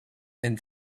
and